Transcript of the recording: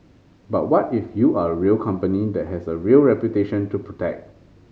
but what if you are a real company that has a real reputation to protect